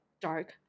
dark